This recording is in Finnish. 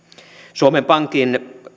suomen pankin